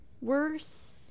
worse